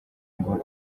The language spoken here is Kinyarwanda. ngo